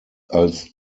als